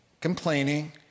complaining